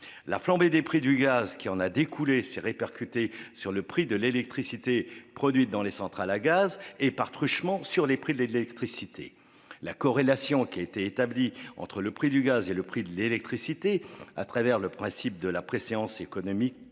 La flambée des prix du gaz qui en a découlé s'est répercutée sur le prix de l'électricité produite dans les centrales et, par ce biais, sur les prix de l'électricité en général. La corrélation entre le prix du gaz et le prix de l'électricité, due au principe de la préséance économique, ou,